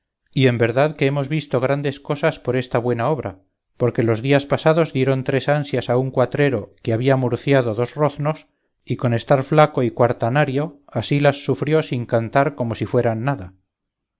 y en verdad que hemos visto grandes cosas por esta buena obra porque los días pasados dieron tres ansias a un cuatrero que había murciado dos roznos y con estar flaco y cuartanario así las sufrió sin cantar como si fueran nada